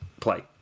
play